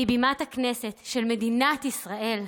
מבימת הכנסת של מדינת ישראל,